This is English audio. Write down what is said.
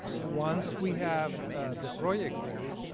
once we have the project ready,